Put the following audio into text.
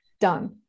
done